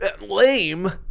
lame